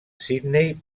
sydney